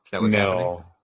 No